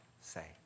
say